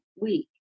week